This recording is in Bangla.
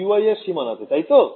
Ey এর সীমানাতে তাই তো